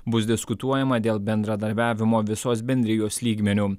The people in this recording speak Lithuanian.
bus diskutuojama dėl bendradarbiavimo visos bendrijos lygmeniu